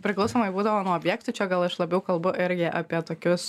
priklausomai būdavo nuo objektų čia gal aš labiau kalbu irgi apie tokius